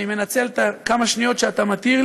אני מנצל את השניות שאתה מתיר,